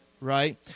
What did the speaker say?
right